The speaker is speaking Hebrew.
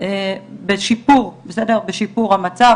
בשיפור המצב.